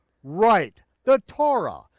right, the torah,